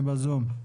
בזום.